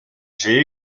j’ai